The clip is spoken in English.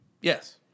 Yes